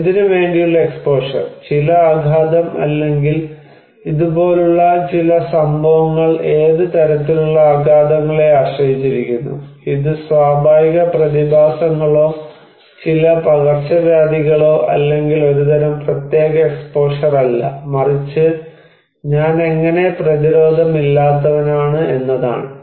എന്തിനുവേണ്ടിയുള്ള exposure ചില ആഘാതം അല്ലെങ്കിൽ ഇതുപോലുള്ള ചില സംഭവങ്ങൾ ഏത് തരത്തിലുള്ള ആഘാതങ്ങളെ ആശ്രയിച്ചിരിക്കുന്നു ഇത് സ്വാഭാവിക പ്രതിഭാസങ്ങളോ ചില പകർച്ചവ്യാധികളോ അല്ലെങ്കിൽ ഒരുതരം പ്രത്യേക എക്സ്പോഷറല്ല മറിച്ച് ഞാൻ എങ്ങനെ പ്രതിരോധമില്ലാത്തവനാണ് എന്നതാണ്